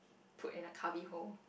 put in a cubby hole